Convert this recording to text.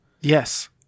Yes